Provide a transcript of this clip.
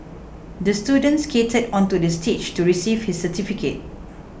the student skated onto the stage to receive his certificate